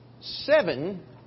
seven